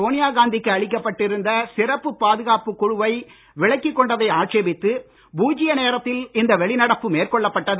சோனியா காந்தி க்கு அளிக்கப் பட்டிருந்த சிறப்பு பாதுகாப்புக் குழுவை விலக்கிக் கொண்டதை ஆட்சேபித்து பூஜ்ய நேரத்தில் இந்த வெளிநடப்பு மேற்கொள்ளப் பட்டது